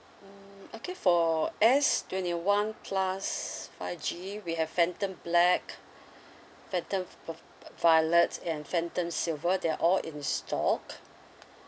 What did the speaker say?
mm okay for S twenty one plus five G we have phantom black phantom uh violet and phantom silver they're all in stock